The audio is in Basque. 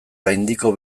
gaindiko